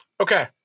okay